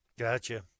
Gotcha